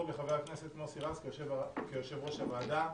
לבחור בחבר הכנסת מוסי רז כיושב ראש הוועדה.